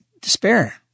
despair